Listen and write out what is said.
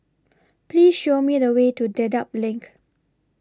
Please Show Me The Way to Dedap LINK